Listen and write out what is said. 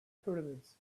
pyramids